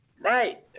Right